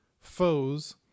foes